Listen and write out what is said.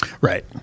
Right